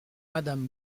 madame